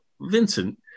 Vincent